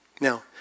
Now